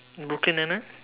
Brooklyn nine-nine